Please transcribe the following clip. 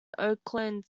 oakland